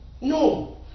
No